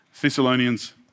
Thessalonians